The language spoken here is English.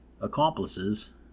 accomplices